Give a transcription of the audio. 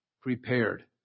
Prepared